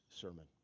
sermon